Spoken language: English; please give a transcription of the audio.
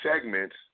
segments